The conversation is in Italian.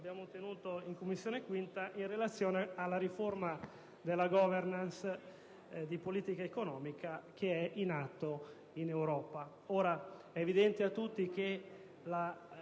tenuto in 5a Commissione in relazione alla riforma della *governance* di politica economica che è in atto in Europa. È evidente a tutti che la